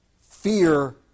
fear